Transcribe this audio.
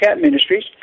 Ministries